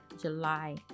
July